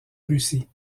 russie